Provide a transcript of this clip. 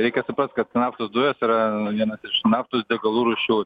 reikia suprast kad naftos dujos yra vienas iš naftos degalų rūšių